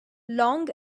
long